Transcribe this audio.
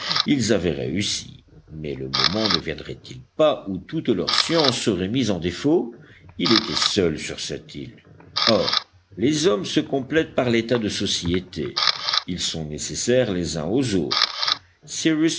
ils avaient réussi mais le moment ne viendrait-il pas où toute leur science serait mise en défaut ils étaient seuls sur cette île or les hommes se complètent par l'état de société ils sont nécessaires les uns aux autres